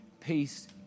peace